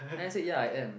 then I said ya I am